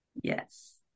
yes